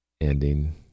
ending